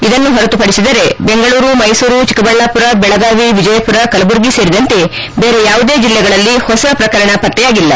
ಇದನ್ನು ಹೊರತುಪಡಿಸಿದರೇ ಬೆಂಗಳೂರು ಮೈಸೂರು ಚಿಕ್ಕಬಳ್ಳಾಮರ ಬೆಳಗಾವಿ ವಿಜಯಮರ ಸೇರಿದಂತೆ ಬೇರೆ ಯಾವುದೇ ಜಿಲ್ಲೆಗಳಲ್ಲಿ ಹೊಸ ಪ್ರಕರಣ ಪತ್ತೆಯಾಗಿಲ್ಲ